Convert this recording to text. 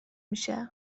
میشه